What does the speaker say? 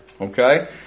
Okay